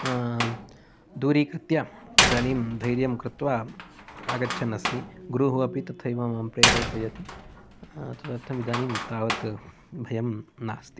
दूरीकृत्य इदानीं धैर्यं कृत्वा आगच्छन् अस्मि गुरुः अपि तथैव मां प्रेरयति तदर्थम् इदानीं तावत् भयम् नास्ति